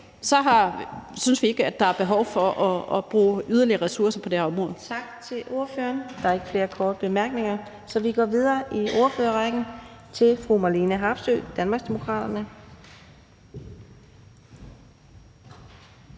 synes vi ikke, der er behov for at bruge yderligere ressourcer på det her område.